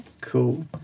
Cool